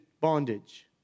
bondage